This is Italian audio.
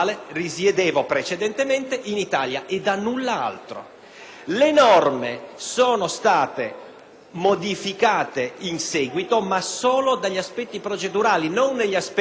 Le norme sono state modificate in seguito, ma solo negli aspetti procedurali e non negli aspetti sostanziali.